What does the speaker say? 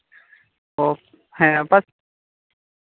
ᱚ ᱦᱮᱸ ᱟᱵᱟᱨ